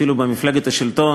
אפילו במפלגת השלטון,